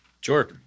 Sure